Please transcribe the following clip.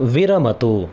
विरमतु